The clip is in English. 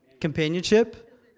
Companionship